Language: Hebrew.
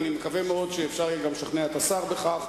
ואני מקווה מאוד שיהיה אפשר לשכנע גם את השר בכך,